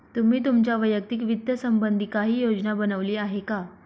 तुम्ही तुमच्या वैयक्तिक वित्त संबंधी काही योजना बनवली आहे का?